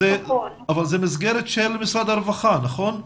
אבל זה מסגרת של משרד הרווחה, נכון?